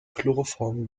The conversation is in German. chloroform